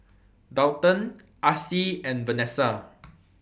Daulton Acy and Vanesa